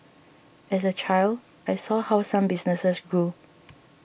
as a child I saw how some businesses grew